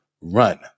Run